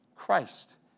Christ